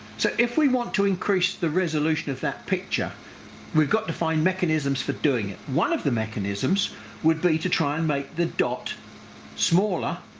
so if we want to increase the resolution of that picture we've got to find mechanisms for doing it. one of the mechanisms would be to try and make the dot smaller